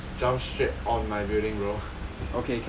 ya just jump straight on my building bro